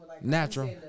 Natural